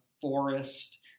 forest